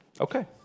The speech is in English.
okay